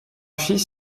fils